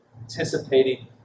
anticipating